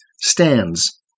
stands